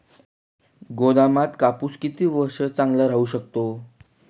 गोदामात कापूस किती वर्ष चांगला राहू शकतो?